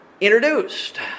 introduced